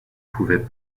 pouvaient